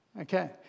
Okay